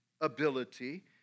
ability